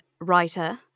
writer